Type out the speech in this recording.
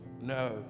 No